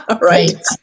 right